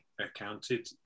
accounted